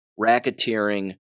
racketeering